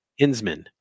Hinsman